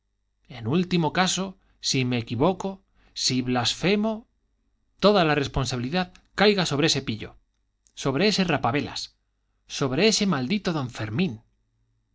en último caso si me equivoco si blasfemo toda la responsabilidad caiga sobre ese pillo sobre ese rapavelas sobre ese maldito don fermín